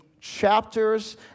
chapters